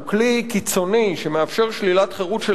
שהוא כלי קיצוני שמאפשר שלילת חירות של